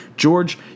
George